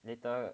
later